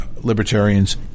Libertarians